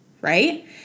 right